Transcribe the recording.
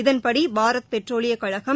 இதன்படி பாரத் பெட்ரோலிய கழகம்